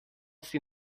sie